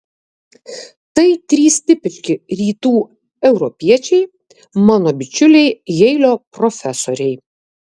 tai trys tipiški rytų europiečiai mano bičiuliai jeilio profesoriai